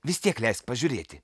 vis tiek leisk pažiūrėti